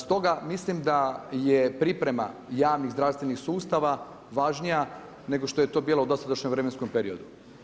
Stoga mislim da je priprema javnih zdravstvenih sustava, važnija nego što je to bilo u dosadašnjem vremenskom periodu.